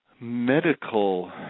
Medical